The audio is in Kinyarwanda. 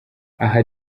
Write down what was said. aha